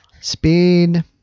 Speed